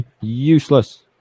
useless